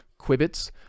quibits